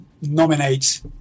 nominate